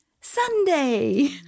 Sunday